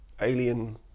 alien